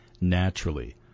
naturally